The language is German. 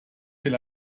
viel